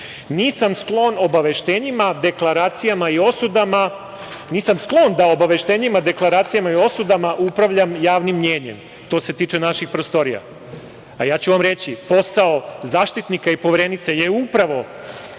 nisam sklon da obaveštenjima, deklaracijama i osudama upravljam javnim mnjenjem. To se tiče naših prostorija. A ja ću vam reći, posao Zaštitnika i Poverenice je upravo